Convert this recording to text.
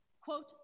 quote